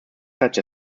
such